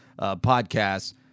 podcasts